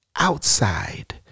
outside